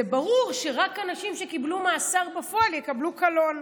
זה ברור שרק אנשים שקיבלו מאסר בפועל יקבלו קלון.